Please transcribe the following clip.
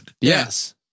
Yes